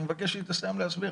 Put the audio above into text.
אני מבקש שהיא תסיים להסביר.